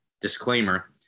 disclaimer